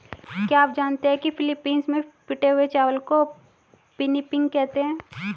क्या आप जानते हैं कि फिलीपींस में पिटे हुए चावल को पिनिपिग कहते हैं